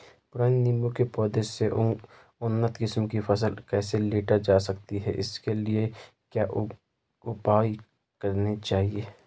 पुराने नीबूं के पौधें से उन्नत किस्म की फसल कैसे लीटर जा सकती है इसके लिए क्या उपाय करने चाहिए?